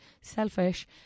Selfish